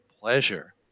pleasure